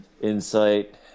insight